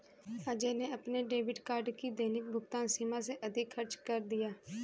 अजय ने अपने debit card की दैनिक भुगतान सीमा से अधिक खर्च कर दिया